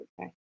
Okay